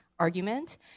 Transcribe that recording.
argument